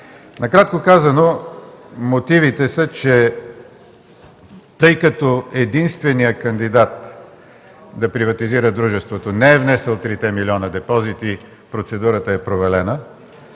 Накратко казано, мотивите са, че тъй като единственият кандидат да приватизира дружеството не е внесъл трите милиона депозит и процедурата е провалена,